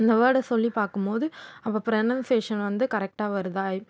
அந்த வேடை சொல்லி பார்க்கும்மோது அப்போ ப்ரனன்சியேஷன் வந்து கரெக்டாக வருதா